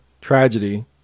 tragedy